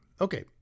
Okay